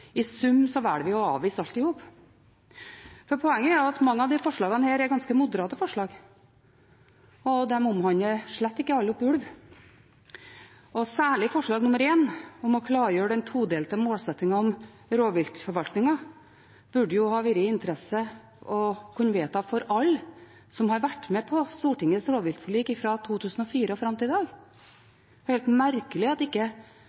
i sum velger en å avvise alt i hop. Poenget er at mange av disse forslagene er ganske moderate forslag, og alle omhandler slett ikke ulv. Særlig forslagets pkt. 1, om å klargjøre den todelte målsettingen om rovviltforvaltningen, burde ha vært av interesse å vedta for alle som har vært med på Stortingets rovviltforlik fra 2004 og fram til i dag. Det er helt merkelig at ikke